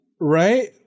Right